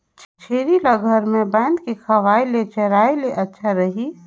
छेरी ल घर म बांध के खवाय ले चराय ले अच्छा रही?